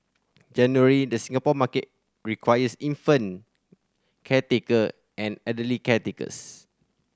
generally the Singapore market requires infant caretaker and elderly caretakers